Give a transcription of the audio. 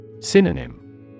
Synonym